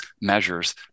measures